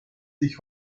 sich